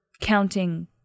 counting